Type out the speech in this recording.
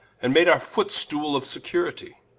and made our footstoole of security.